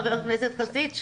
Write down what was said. חבר הכנסת חסיד,